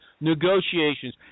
Negotiations